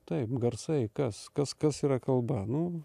taip garsai kas kas kas yra kalba nu